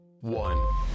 one